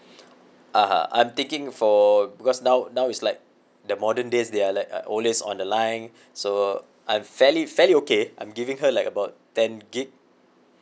(uh huh) I'm taking for because now now is like the modern days they are like always on the line so I'm fairly fairly okay I'm giving her like about ten gig